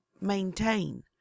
maintain